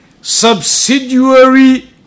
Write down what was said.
subsidiary